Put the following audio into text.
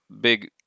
big